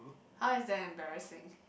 how is that embarrassing